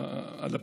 על הפנים,